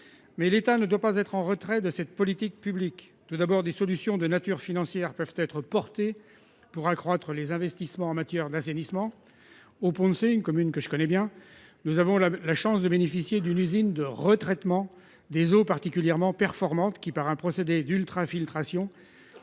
L'État ne doit pas être en retrait de cette politique publique. Des solutions de nature financière peuvent être apportées pour accroître les investissements en matière d'assainissement. La commune des Ponts-de-Cé, qui m'est familière, a la chance de bénéficier d'une usine de retraitement des eaux particulièrement performante, qui, par un procédé d'ultrafiltration,